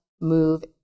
move